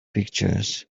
pictures